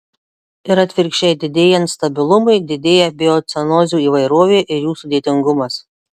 ir atvirkščiai didėjant stabilumui didėja biocenozių įvairovė ir jų sudėtingumas